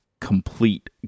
complete